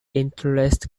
interest